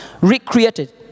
Recreated